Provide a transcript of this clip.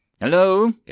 Hello